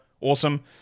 Awesome